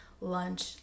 lunch